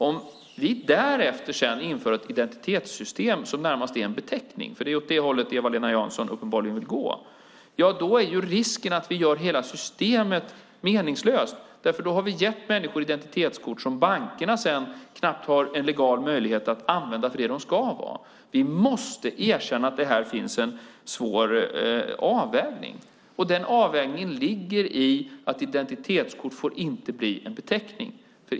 Om vi därefter inför ett identitetssystem som närmast är en beteckning - det är åt det hållet Eva-Lena Jansson uppenbarligen vill gå - är risken att vi gör hela systemet meningslöst. Då har vi gett människor identitetskort som bankerna sedan knappt har en legal möjlighet att använda till det de ska användas. Vi måste erkänna att det finns en svår avvägning här. Den avvägningen ligger i att identitetskort inte får bli en beteckning.